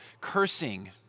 cursing